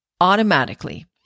automatically